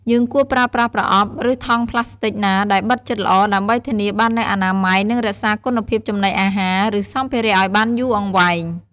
យើងគួរប្រើប្រាស់ប្រអប់ ឬថង់ប្លាស្ទិកណាដែលបិទជិតល្អ ដើម្បីធានាបាននូវអនាម័យ និងរក្សាគុណភាពចំណីអាហារ ឬសម្ភារៈឲ្យបានយូរអង្វែង។